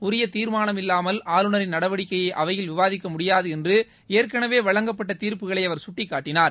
உரிய தீர்மானம் இல்லாமல் ஆளுநரின் நடவடிக்கையை அவையில் விவாதிக்க முடியாது என்று ஏற்கனவே வழங்கப்பட்ட தீர்ப்புகளை அவர் சுட்டிக்காட்டினார்